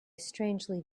strangely